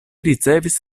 ricevis